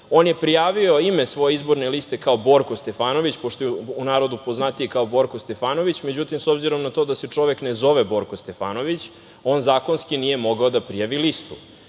on je prijavio ime svoje izborne liste kao Borko Stefanović, pošto je u narodu poznatiji kao Borko Stefanović, međutim, s obzirom na to da se čovek ne zove Borko Stefanović, on zakonski nije mogao da prijavi listu.